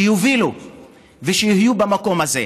שיובילו ושיהיו במקום הזה.